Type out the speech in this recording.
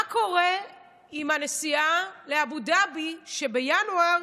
מה קורה עם הנסיעה לאבו דאבי, שבינואר